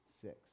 six